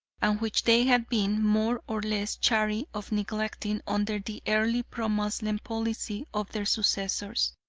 and which they had been more or less chary of neglecting under the early pro-moslem policy of their successors.